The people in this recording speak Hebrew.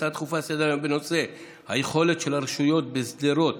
הצעות דחופה לסדר-היום בנושא: היכולת של הרשויות בשדרות